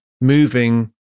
moving